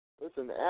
listen